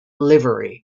livery